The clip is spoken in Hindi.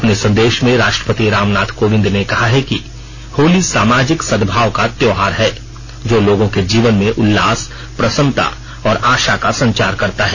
अपने संदेश में राष्ट्रपति रामनाथ कोविंद ने कहा कि होली सामाजिक सद्भाव का त्योहार है जो लोगों के जीवन में उल्लास प्रसन्नता और आशा का संचार करता है